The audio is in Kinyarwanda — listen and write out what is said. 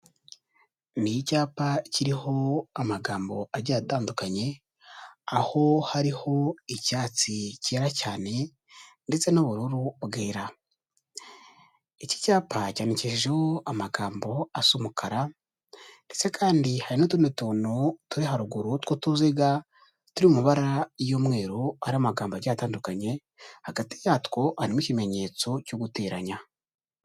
Ni icyapa kiriho amagambo agiye atandukanye, aho hariho icyatsi cyera cyane ndetse n'ubururu bwera, iki cyapa cyandikishijeho amagambo asa umukara ndetse kandi hari n'utundi tuntu turi haruguru tw'utuziga, turi mu mabara y'umweru hariho amagambo agiye atandukanye, hagati yatwo harimo ikimenyetso cyo guteranya.